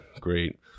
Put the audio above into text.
Great